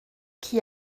qui